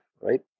right